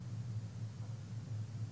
אני לא יודע אם יש פה נציג של בנק הדואר,